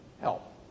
help